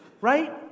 Right